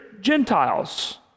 Gentiles